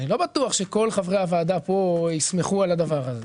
לא בטוח שכל חברי הוועדה פה ישמחו על הדבר הזה.